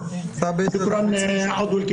פשוט win-win situation.